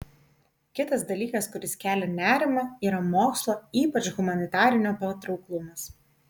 kitas dalykas kuris kelia nerimą yra mokslo ypač humanitarinio patrauklumas